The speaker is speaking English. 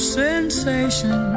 sensation